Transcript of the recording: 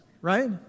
right